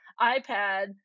iPad